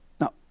Now